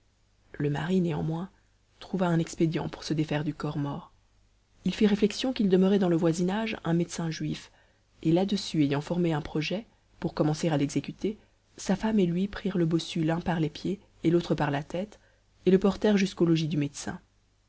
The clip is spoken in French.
le mari néanmoins trouva un expédient pour se défaire du corps mort il fit réflexion qu'il demeurait dans le voisinage un médecin juif et là-dessus ayant formé un projet pour commencer à l'exécuter sa femme et lui prirent le bossu l'un par les pieds et l'autre par la tête et le portèrent jusqu'au logis du médecin